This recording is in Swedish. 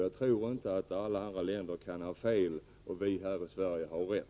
Jag tror inte att man i alla andra länder har fel och vi här i Sverige har rätt.